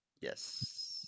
Yes